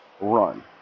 run